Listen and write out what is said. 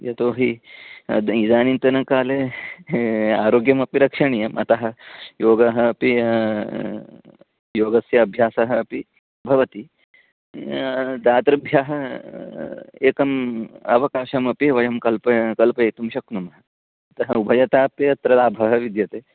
यतोहि द इदानीन्तनकाले आरोग्यमपि रक्षणीयम् अतः योगः अपि योगस्य अभ्यासः अपि भवति दातृभ्यः एकम् अवकाशमपि वयं कल्प कल्पयितुं शक्नुमः अतः उभयतापि अत्र लाभः विद्यते